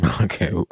okay